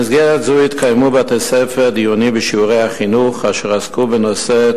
במסגרת זו התקיימו בבתי-הספר דיונים בשיעורי החינוך אשר עסקו בנושא,